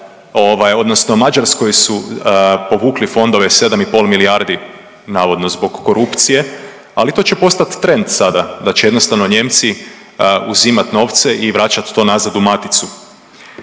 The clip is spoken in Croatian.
odnosno Mađarskoj su povukli fondove 7 i pol milijardi navodno zbog korupcije, ali to će postat trend sada da će jednostavno Nijemci uzimat novce i vraćat to nazad u maticu.